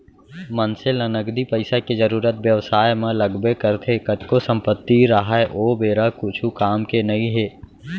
मनसे ल नगदी पइसा के जरुरत बेवसाय म लगबे करथे कतको संपत्ति राहय ओ बेरा कुछु काम के नइ हे